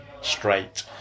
straight